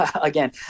again